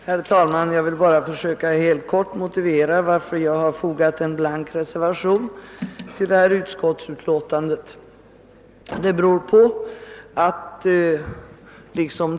Herr talman! Jag vill helt kort motivera varför jag fogat en blank reservation vid punkten 2 i utskottsutlåtandet.